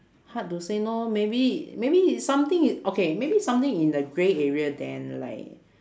hard to say no maybe maybe if something okay maybe something in the grey area then like